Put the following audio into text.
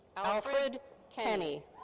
alfred kenny.